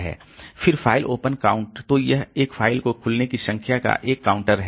फिर file open count तो यह एक फाइल के खुलने की संख्या का एक काउंटर है